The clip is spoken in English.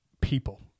people